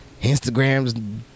Instagram's